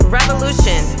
revolution